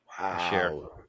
Wow